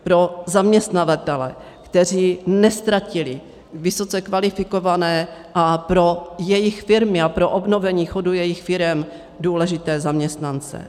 Pro zaměstnavatele, kteří neztratili vysoce kvalifikované, a pro jejich firmy a pro obnovení chodu jejich firem důležité zaměstnance.